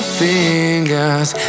fingers